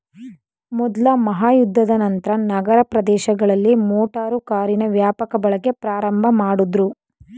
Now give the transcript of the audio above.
ಮೊದ್ಲ ಮಹಾಯುದ್ಧದ ನಂತ್ರ ನಗರ ಪ್ರದೇಶಗಳಲ್ಲಿ ಮೋಟಾರು ಕಾರಿನ ವ್ಯಾಪಕ ಬಳಕೆ ಪ್ರಾರಂಭಮಾಡುದ್ರು